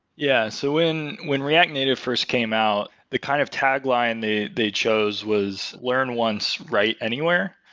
yeah. so when when react native first came out, the kind of tagline they they chose was learn once, write anywhere,